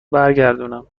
برگردونم